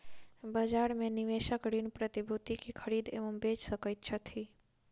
बजार में निवेशक ऋण प्रतिभूति के खरीद एवं बेच सकैत छथि